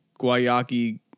Guayaki